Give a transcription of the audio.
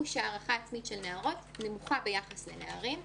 שהערכה עצמית של נערות נמוכה ביחס לנערים,